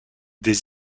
des